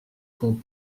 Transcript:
font